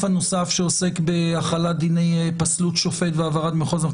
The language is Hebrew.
הנוסף שעוסק בהחלת דיני פסלות שופט והעברת מחוז?